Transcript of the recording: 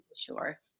Sure